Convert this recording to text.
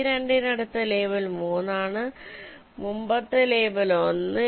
ഈ 2 ന് അടുത്ത ലേബൽ 3 ആണ് മുമ്പത്തെ ലേബൽ 1